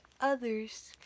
others